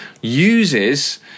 uses